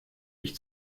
ich